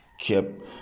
kept